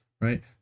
right